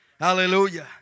Hallelujah